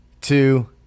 two